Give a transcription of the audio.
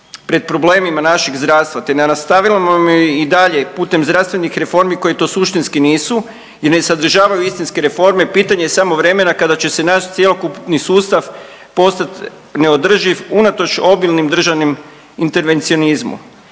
pred problemima našeg zdravstva, te nastavljamo i dalje putem zdravstvenih reformi koje to suštinski nisu i ne sadržavaju istinske reforme, pitanje je samo vremena kada će se naš cjelokupni sustav postat neodrživ unatoč obilnim državnim intervencionizmom.